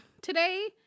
today